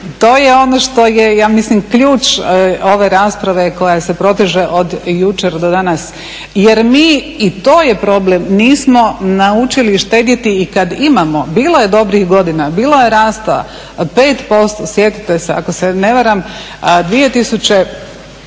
to je ono što ja mislim ključ ove rasprave koja se proteže od jučer do danas jer mi i to je problem, nismo naučili štedjeti i kada imamo. Bilo je dobrih godina, bilo je rasta 5% sjetite se, ako se ne varam 2003.